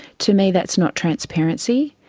to me that's not transparency.